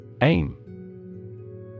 Aim